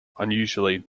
unusually